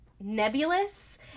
nebulous